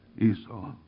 Esau